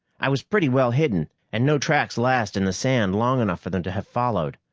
i was pretty well hidden, and no tracks last in the sand long enough for them to have followed.